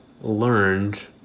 learned